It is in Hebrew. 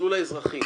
המסלול האזרחי,